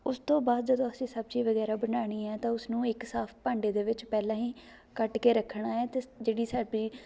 ਉਸ ਤੋਂ ਬਾਅਦ ਜਦੋਂ ਅਸੀਂ ਸਬਜ਼ੀ ਵਗੈਰਾ ਬਣਾਉਣੀ ਹੈ ਤਾਂ ਉਸ ਨੂੰ ਇੱਕ ਸਾਫ਼ ਭਾਂਡੇ ਦੇ ਵਿੱਚ ਪਹਿਲਾਂ ਹੀ ਕੱਟ ਕੇ ਰੱਖਣਾ ਹੈ ਅਤੇ ਜਿਹੜੀ ਸਾਡੀ